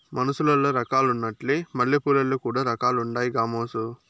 మనుసులల్ల రకాలున్నట్లే మల్లెపూలల్ల కూడా రకాలుండాయి గామోసు